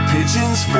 Pigeons